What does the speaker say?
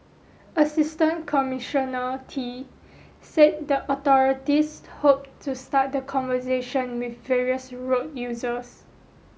Assistant Commissioner Tee said the authorities hoped to start the conversation with various road users